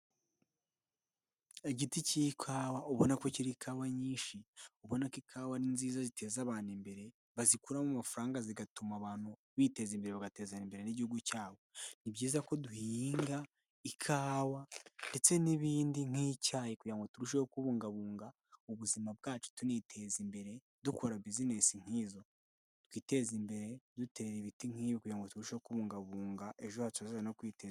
Igiti cy'ikawa ubona ko kiri ikawa nyinshi, ubona ko ikawa ni nziza ziteza abantu imbere, bazikuramo amafaranga zigatuma abantu biteza imbere, bagateza imbere n'Igihugu cyabo. Ni byiza ko duhinga ikawa, ndetse n'ibindi nk'icyayi kugira ngo turusheho kubungabunga ubuzima bwacu tuniteza imbere, dukora bizinesi nk'izo. Twiteze imbere dutera ibiti nk'ibi, kugira ngo turusheho kubungabunga ejo hacu hazaza no kwiteza imbere